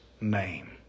name